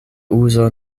uzo